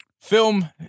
film